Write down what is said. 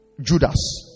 Judas